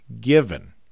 given